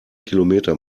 kilometer